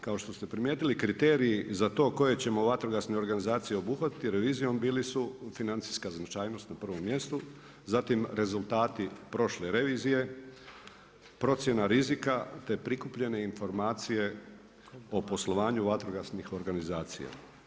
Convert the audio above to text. Kao što ste primijetili kriteriji za to koje ćemo vatrogasne organizacije obuhvatiti revizijom bili su financijska značajnost na prvom mjestu, zatim rezultati prošle revizije, procjena rizika, te prikupljene informacije o poslovanju vatrogasnih organizacija.